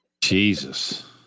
Jesus